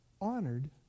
honored